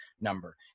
number